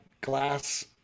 glass